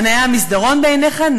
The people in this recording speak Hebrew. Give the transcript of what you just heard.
הנאה המסדרון בעיניך?